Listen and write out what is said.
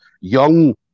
young